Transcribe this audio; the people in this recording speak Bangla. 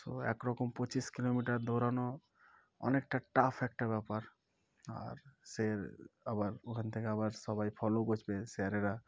সো একরকম পঁচিশ কিলোমিটার দৌড়ানো অনেকটা টাফ একটা ব্যাপার আর স্য আবার ওখান থেকে আবার সবাই ফলো করবে স্যারেরা